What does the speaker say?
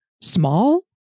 small